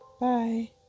bye